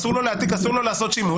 אסור לו להעתיק, אסור לו לעשות שימוש.